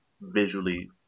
visually